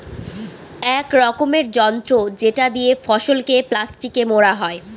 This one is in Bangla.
এক রকমের যন্ত্র যেটা দিয়ে ফসলকে প্লাস্টিকে মোড়া হয়